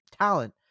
talent